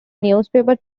newspaper